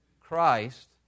Christ